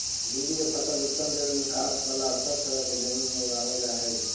भिंडी के फसल उत्तम जल निकास बला सब तरह के जमीन में उगावल जा हई